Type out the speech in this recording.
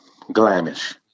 glamish